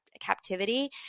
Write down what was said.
captivity